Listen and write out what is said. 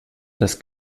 das